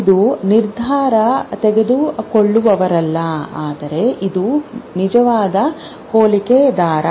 ಇದು ನಿರ್ಧಾರ ತೆಗೆದುಕೊಳ್ಳುವವರಲ್ಲ ಆದರೆ ಇದು ನಿಜವಾದ ಹೋಲಿಕೆದಾರ